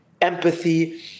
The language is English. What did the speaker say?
empathy